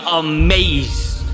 amazed